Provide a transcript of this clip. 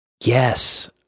Yes